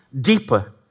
deeper